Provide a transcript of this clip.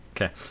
Okay